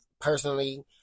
personally